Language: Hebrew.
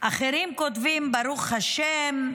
אחרים כותבים: ברוך השם,